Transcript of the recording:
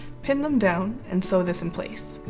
pin them down and sew this in place.